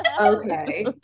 Okay